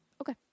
Okay